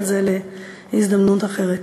אבל זה להזדמנות אחרת.